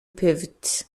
pvt